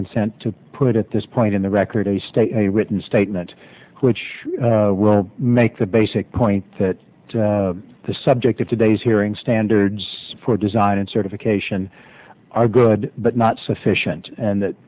consent to put at this point in the record a state a written statement which will make the basic point that the subject of today's hearing standards for design and certification i good but not sufficient and that